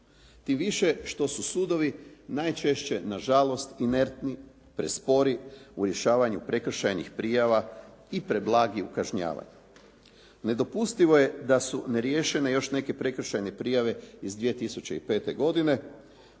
tim više što su sudovi najčešće na žalost inertni, prespori u rješavanju prekršajnih prijava i preblagi u kažnjavanju. Nedopustivo je da su neriješene još neke prekršajne prijave iz 2005. godine.